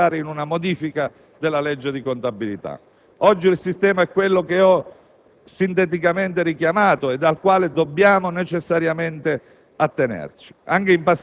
sulla congruità, sull'adeguatezza delle regole di bilancio di cui ho sopra sinteticamente parlato, di fronte a casi come quello di cui ci stiamo occupando.